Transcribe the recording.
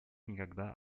никогда